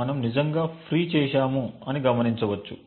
మనం నిజంగా ఫ్రీ చేశామని గమనించవచ్చు